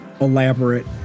elaborate